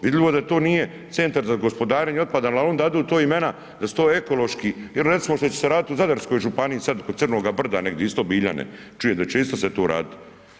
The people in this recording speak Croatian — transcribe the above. Vidljivo da to nije centar za gospodarenje otpada ali oni dadu to imena da su to ekološki, pa recimo što će se raditi u Zadarskoj županiji sad kod crnoga brda negdje isto Biljane, čujem da će se isto to raditi.